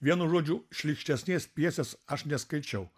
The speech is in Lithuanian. vienu žodžiu šlykštesnės pjesės aš neskaičiau